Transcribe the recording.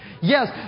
Yes